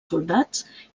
soldats